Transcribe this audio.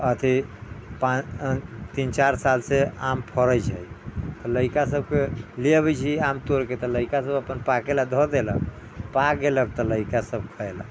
अथी तीन चार साल से आम फरै छै लैड़का सबके ले अबै छियै आम तोरि के त लैड़का सब अपन पाके ला धऽ देलक पाक गेलक त लैका सब खयलक